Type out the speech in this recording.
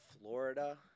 Florida